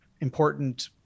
important